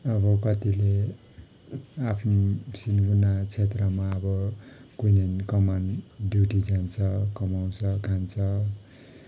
अब कतिले आफ्नो सिन्कोना क्षेत्रमा अब कुइनेन कमान ड्युटी जान्छ कमाउँछ खान्छ